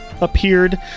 appeared